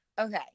Okay